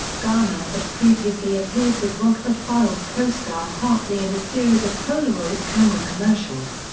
garner had previously appeared with rockford files co-star hartley in a series of polaroid camera commercials.